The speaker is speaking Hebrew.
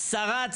שרד,